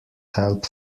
help